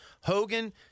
Hogan